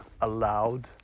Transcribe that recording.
allowed